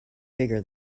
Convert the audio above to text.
bigger